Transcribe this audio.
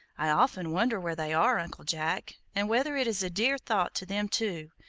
i often wonder where they are, uncle jack, and whether it is a dear thought to them, too,